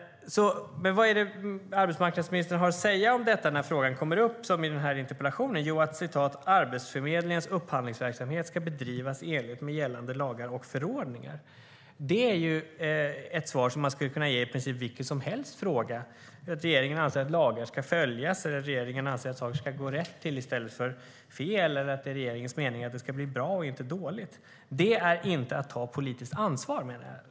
Vad har arbetsmarknadsministern att säga när frågan kommer upp i interpellationen? Hon säger att "Arbetsförmedlingens upphandlingsverksamhet ska bedrivas i enlighet med gällande lagar och förordningar". Det är ett svar som kan ges på i princip vilken fråga som helst; regeringen anser att lagar ska följas, regeringen anser att saker ska gå rätt till i stället för fel eller regeringens mening är att det ska bli bra, inte dåligt. Det är inte att ta politiskt ansvar, menar jag.